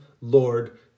Lord